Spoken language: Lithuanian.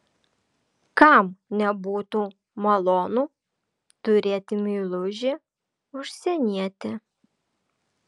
kam nebūtų malonu turėti meilužį užsienietį